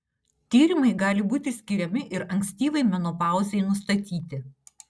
tyrimai gali būti skiriami ir ankstyvai menopauzei nustatyti